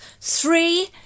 three